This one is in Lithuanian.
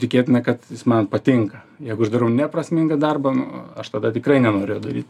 tikėtina kad jis man patinka jeigu aš darau neprasmingą darbą nu aš tada tikrai nenoriu jo daryt